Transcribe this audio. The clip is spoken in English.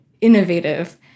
innovative